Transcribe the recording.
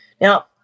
Now